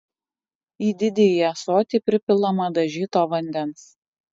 į didįjį ąsotį pripilama dažyto vandens